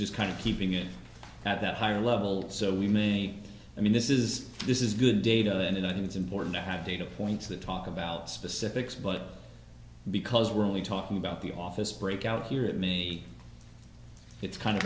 just kind of keeping it at that higher level so we may i mean this is this is good data and i think it's important to have data points that talk about specifics but because we're only talking about the office breakout here and me it's kind